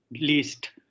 least